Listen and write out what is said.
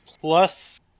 plus